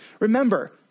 Remember